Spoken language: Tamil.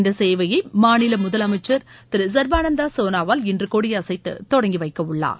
இந்த சேவையை மாநில முதலமைச்சர் திரு சர்பானந்தா சோனாவால் இன்று கொடியைசத்து தொடங்கி வைக்கவுள்ளார்